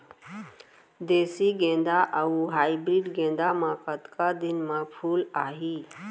देसी गेंदा अऊ हाइब्रिड गेंदा म कतका दिन म फूल आही?